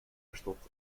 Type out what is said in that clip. verstopt